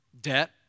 Debt